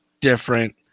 different